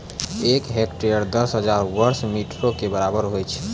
एक हेक्टेयर, दस हजार वर्ग मीटरो के बराबर होय छै